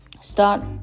start